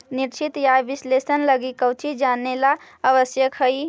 निश्चित आय विश्लेषण लगी कउची जानेला आवश्यक हइ?